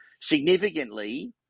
significantly